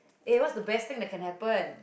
eh what's the best thing that can happen